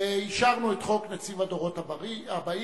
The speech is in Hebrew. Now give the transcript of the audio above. אישרנו את חוק נציב הדורות הבאים,